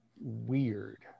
weird